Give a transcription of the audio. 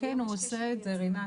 כן הוא עושה את זה, רינת.